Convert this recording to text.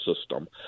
system